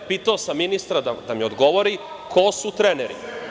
Pitao sam ministra da mi odgovori ko su treneri.